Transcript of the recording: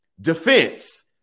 Defense